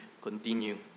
continue